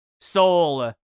Soul